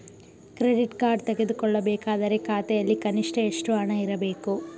Credit card ತೆಗೆದುಕೊಳ್ಳಬೇಕಾದರೆ ಖಾತೆಯಲ್ಲಿ ಕನಿಷ್ಠ ಎಷ್ಟು ಹಣ ಇರಬೇಕು?